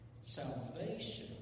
Salvation